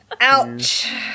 Ouch